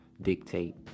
dictate